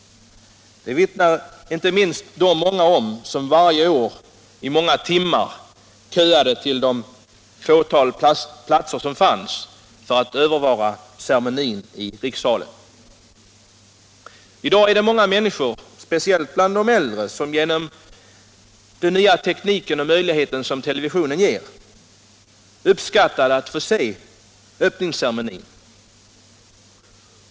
Det vittnar inte minst de många om som varje år i många timmar köade till det fåtal platser som fanns för att få övervara ceremonin i rikssalen. I dag är det många människor — speciellt äldre — som genom den nya teknik och möjlighet som televisionen ger uppskattar att få se öppningsceremonin.